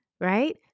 right